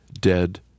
dead